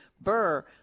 Burr